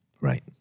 right